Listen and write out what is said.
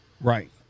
Right